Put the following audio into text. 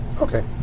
Okay